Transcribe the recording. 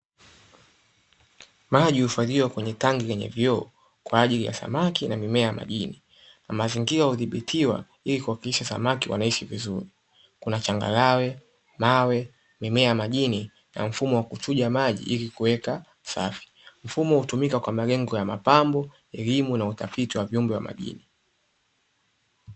Maji huifadhiwa kwenye tanki yenye vioo kwa ajili ya samaki na mimea ya majini na mazingira udhibitiwa ili kuhakikisha samaki wanaishi vizuri, kuna changarawe mawe mimea majini na mfumo wa kuchuja maji ili kuweka safi, mfumo hutumika kwa malengo ya mapambo, elimu na utafiti wa viumbe wa majini